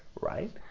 right